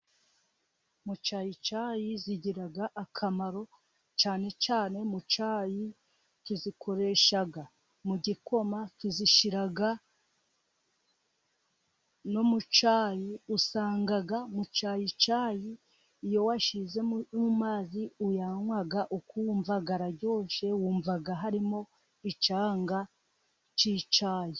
Mucyayicayi zigira akamaro, cyane cyane mucayi, tuzikoresha mu gikoma, tuzishyira no mu cyayi, usanga mucyayicayi iyo washyize mu mazi uyanywa ukumva araryoshye, wumva harimo icyanga cy'icyayi.